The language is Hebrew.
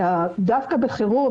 דווקא בחירום,